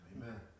Amen